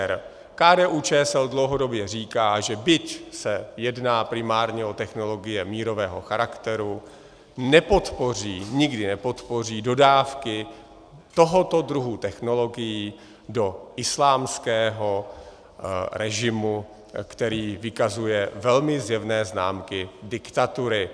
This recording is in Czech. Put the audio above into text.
KDUČSL dlouhodobě říká, že, byť se jedná primárně o technologie mírového charakteru, nepodpoří, nikdy nepodpoří dodávky tohoto druhu technologií do islámského režimu, který vykazuje velmi zjevné známky diktatury.